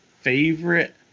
favorite